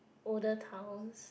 older towns